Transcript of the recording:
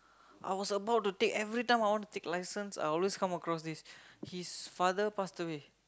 I was about to take every time I want to take license I always come across this his father passed away